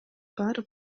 баары